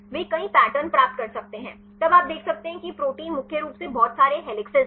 वे कई पैटर्न प्राप्त कर सकते हैं तब आप देख सकते हैं कि यह प्रोटीन मुख्य रूप से बहुत सारे हेलिसेस हैं